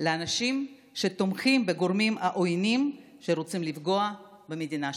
לאנשים שתומכים בגורמים עוינים שרוצים לפגוע במדינה שלנו.